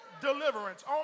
deliverance